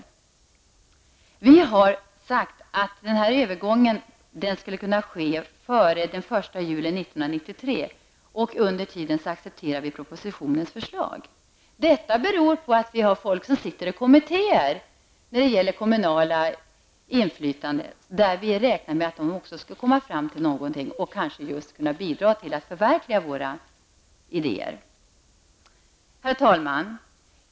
Miljöpartiet har sagt att denna övergång skulle kunna ske före den 1 juli 1993, och under tiden accepterar vi propositionens förslag. Detta beror på att vi har människor som sitter i kommittéer som behandlar det kommunala inflytandet, och vi räknar med att också de skall komma fram till någonting och kanske kunna bidra till att förverkliga våra idéer. Herr talman!